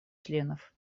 членов